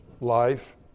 Life